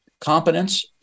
competence